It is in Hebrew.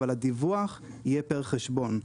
אבל הדיווח יהיה פר חשבון.